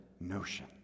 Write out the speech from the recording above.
notion